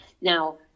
Now